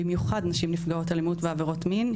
במיוחד נשים נפגעות אלימות ועבירות מין,